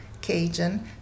Cajun